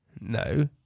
No